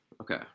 okay